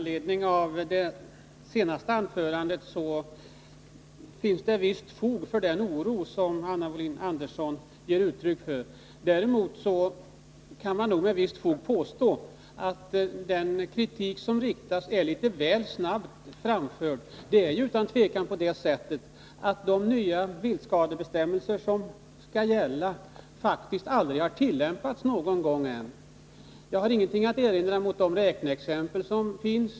Herr talman! Det finns visst fog för den oro som Anna Wohlin-Andersson ger uttryck för. Däremot kan man nog påstå att hennes kritik är litet väl snabbt framförd, eftersom de nya viltskadebestämmelser som skall gälla faktiskt aldrig har tillämpats än. Jag har ingenting att erinra mot räkneexemplen.